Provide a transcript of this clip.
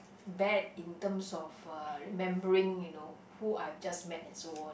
bad in terms of uh remembering you know who I just met and so on